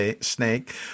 snake